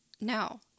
No